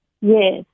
yes